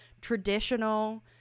traditional